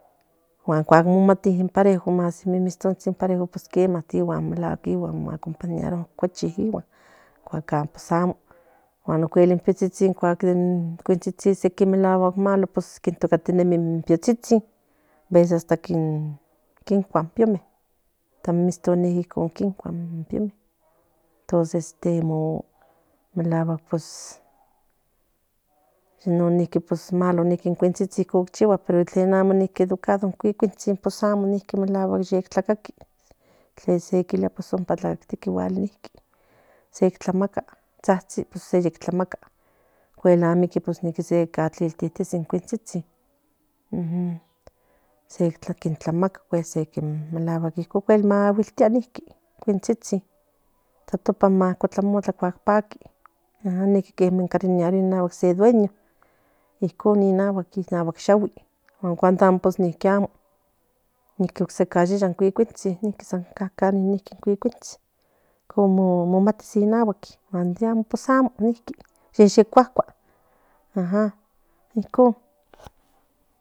Cua momati in parejo más in mimistontsin parajo pues quema me la huakc iguan mo acompañarua cachi iguan cua amo pues amo guan ocuel un piotsitsin cuan in cuitsitsin sequin malos pues veces pues in kincua in piotsitsin ikan miston igual kinkua in piome melahuatl pues in malo cuicuintsin pues educado in cuicuintsin pues tlacaqui tlense quilia tlacaki se tlamaca maguiltia in cuicuintsin ta topan motlamotla cua patli ninqui nia iki no dueño incon naguack nahuack yagui cuando amo ninqui amo ninqui yagui in cuicuintsin cuando amo niqui amo nunca sequi yagui in cuicuintsin in con mo mati si nahuack pues ni amo pues amo ninqui te yecuacua ajam incon